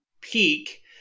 peak